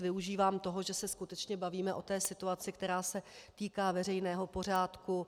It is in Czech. Využívám toho, že se skutečně bavíme o té situaci, která se týká veřejného pořádku.